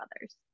others